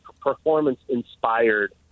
performance-inspired